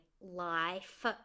life